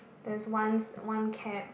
there's once one cab~